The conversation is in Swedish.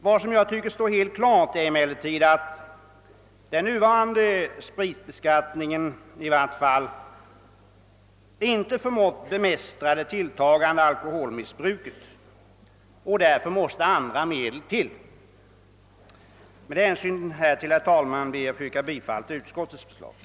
Det står emellertid helt klart att den nuvarande spritbeskattningen inte förmått bemästra det tilltagande alkoholmissbruket. Därför måste andra medel till. Med hänsyn härtill, herr talman, ber jag att få yrka bifall till utskottets hemställan.